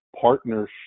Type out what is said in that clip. partnership